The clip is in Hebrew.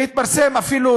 והתפרסם אפילו,